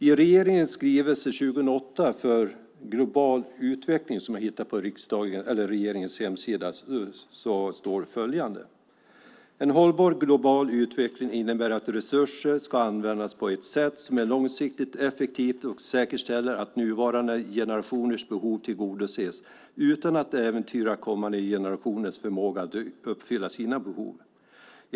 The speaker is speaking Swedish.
I regeringens skrivelse 2007/08:89 Sveriges politik för global utveckling , som jag hittade på regeringens hemsida, står följande: "En hållbar global utveckling innebär att resurser ska användas på ett sätt som är långsiktigt effektivt och därigenom säkerställer att nuvarande generationers behov tillgodoses utan att kommande generationers förmåga att uppfylla sina behov äventyras.